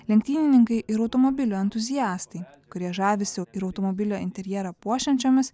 lenktynininkai ir automobilių entuziastai kurie žavisiu ir automobilio interjerą puošiančiomis